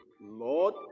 Lord